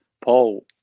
Paul